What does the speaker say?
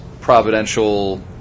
providential